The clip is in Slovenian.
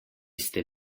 ste